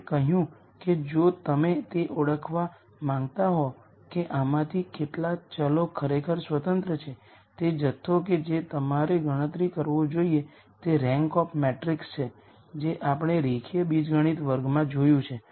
આપણે કહ્યું કે જો તમે તે ઓળખવા માંગતા હોવ કે આમાંથી કેટલા વેરીએબલ્સ ખરેખર સ્વતંત્ર છે તે જથ્થો કે જે તમારે ગણતરી કરવો જોઈએ તે રેન્ક ઓફ મેટ્રિક્સ છે જે આપણે રેખીય બીજગણિત વર્ગમાં જોયું છે